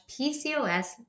PCOS